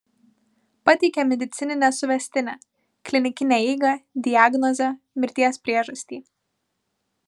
pateikė medicininę suvestinę klinikinę eigą diagnozę mirties priežastį